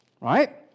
right